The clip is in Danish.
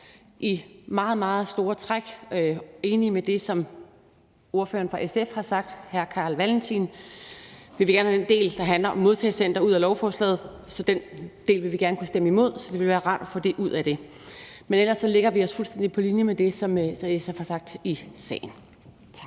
meget store træk er enige i det, som ordføreren for SF, hr. Carl Valentin, har sagt. Vi vil gerne have den del, der handler om modtagecentre, ud af lovforslaget. Den del vil vi gerne kunne stemme imod, så det ville være rart at få den del ud af det. Men ellers lægger vi os fuldstændig på linje med det, som SF har sagt i salen. Tak.